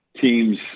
team's